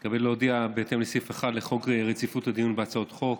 הינני מתכבד להודיע כי בהתאם לסעיף 1 לחוק רציפות הדיון בהצעות חוק,